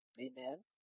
Amen